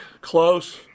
close